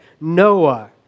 Noah